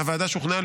הוועדה שוכנעה,